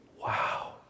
wow